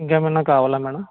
ఇంకేమైనా కావాలా మేడం